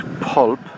pulp